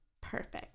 Perfect